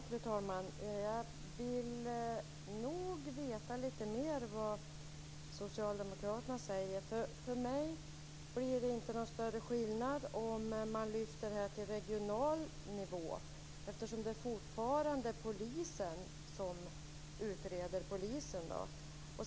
Fru talman! Jag vill nog veta lite mer vad Socialdemokraterna tycker. För mig blir det inte någon större skillnad om man flyttar detta till regional nivå, eftersom det fortfarande är polisen som utreder polisen.